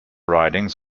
ridings